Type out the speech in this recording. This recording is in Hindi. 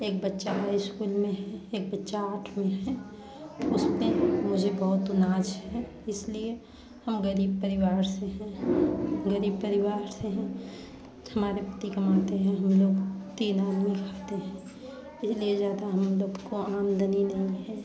एक बच्चा हाई इश्कूल में है एक बच्चा आठ में है उसपे मुझे बहुत नाज है इसलिए हम गरीब परिवार से हैं गरीब परिवार से हैं हमारे पति कमाते हैं हम लोग तीन आदमी खाते हैं इसलिए ज़्यादा हम लोग को आमदनी नहीं है